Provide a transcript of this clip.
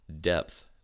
depth